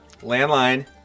landline